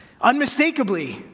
Unmistakably